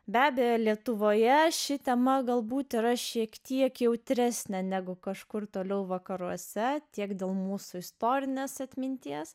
be abejo lietuvoje ši tema galbūt yra šiek tiek jautresnė negu kažkur toliau vakaruose tiek dėl mūsų istorinės atminties